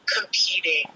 competing